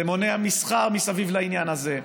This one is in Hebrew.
זה מונע מסחר מסביב לעניין הזה,